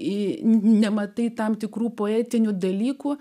į nematai tam tikrų poetinių dalykų